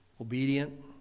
obedient